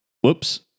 whoops